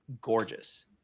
gorgeous